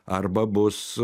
arba bus